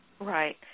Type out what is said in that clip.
Right